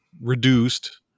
reduced